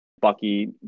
Bucky